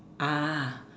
ah